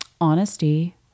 honesty